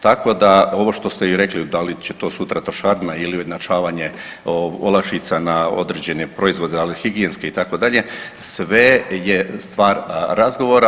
Tako da, ovo što ste i rekli, da li će to sutra trošarina ili ujednačavanje olakšica na određene proizvode, ali higijenske, itd., sve je stvar razgovora.